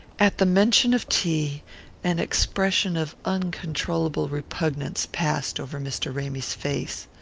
at the mention of tea an expression of uncontrollable repugnance passed over mr. ramy's face.